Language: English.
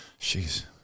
jeez